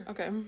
Okay